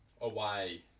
Away